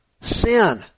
sin